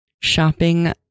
Shopping